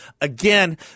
again